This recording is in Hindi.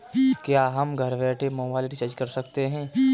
क्या हम घर बैठे मोबाइल रिचार्ज कर सकते हैं?